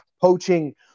poaching